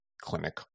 clinic